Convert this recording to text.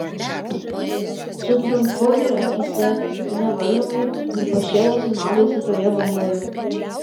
su triumfu akyse ji nevaržomai ir pašėlusiai maudėsi toje bangoje